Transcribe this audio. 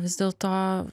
vis dėlto